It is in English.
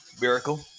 Miracle